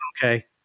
Okay